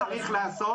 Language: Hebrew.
ראשית, מה צריך לעשות?